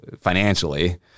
financially